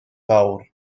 fawr